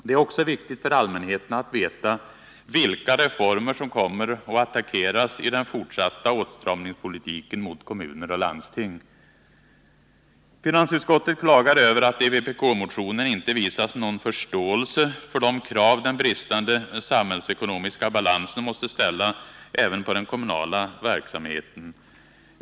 Det är också viktigt för allmänheten att veta vilka reformer som kommer att attackeras i den fortsatta åtstramningspolitiken mot kommuner och landsting. Finansutskottet klagar över att det i vpk-motionen inte visas någon förståelse för de krav som man på grund av bristen på samhällsekonomisk balans måste ställa även på den kommunala verksamheten.